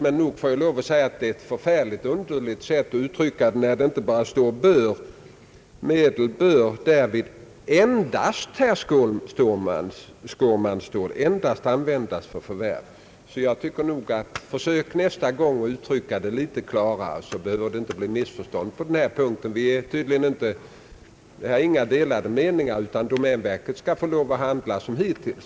Men nog får jag säga att det är ett underligt sätt att uttrycka sig! Det står ju: »bör därvid endast användas för förvärv». Försök, herr Skårman, nästa gång uttrycka det litet klarare så att det inte behöver bli missförstånd på denna punkt. Vi har alltså inga delade meningar på denna punkt, utan domänverket skall kunna handla som hittills.